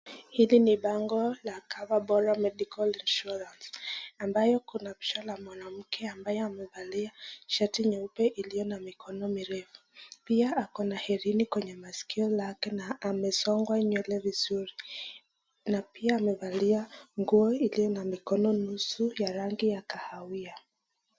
Hili ni bango la Cover Bora Medical Insurance ambayo kuna picha la mwanamke ambaye amevalia shati nyeupe iliyo na mikono mirefu. Pia ako na herini kwenye maskio lake na amesongwa nywele vizuri na pia amevalia nguo iliyo na mikono nusu ya rangi ya kahawia.